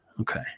Okay